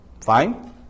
Fine